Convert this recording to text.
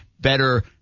better